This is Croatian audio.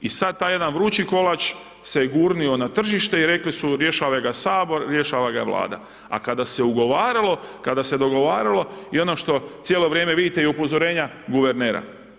I sad taj jedan vrući kolač se gurnuo na tržište i rekli su ga rješavaj ga Sabor, rješavaj ga Vlada a kada se ugovaralo, kada se dogovaralo i ono što cijelo vrijeme vidite i upozorenja guvernera.